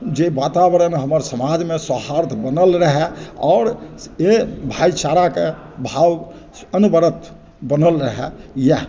जे वातावरण जे हमरा समाजमे सौहार्द बनल रहै आओर भाइचाराके भाव अनवरत बनल रहै इएह